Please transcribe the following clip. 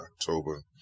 October